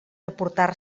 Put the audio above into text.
aportar